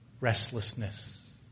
Restlessness